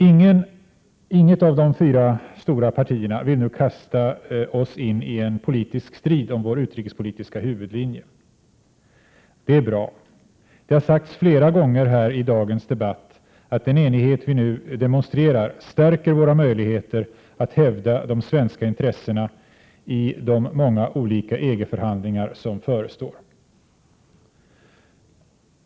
Inget av de fyra stora partierna vill nu kasta oss in i en politisk strid om vår utrikespolitiska huvudlinje. Det är bra. Det har sagts flera gånger här i dagens debatt att den enighet vi nu demonstrerar stärker våra möjligheter att hävda de svenska intressena i de många olika EG-förhandlingar som förestår.